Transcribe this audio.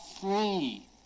free